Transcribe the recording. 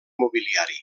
mobiliari